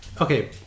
okay